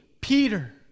Peter